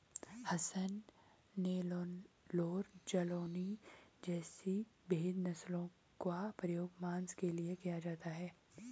हसन, नेल्लौर, जालौनी जैसी भेद नस्लों का प्रयोग मांस के लिए किया जाता है